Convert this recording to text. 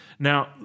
Now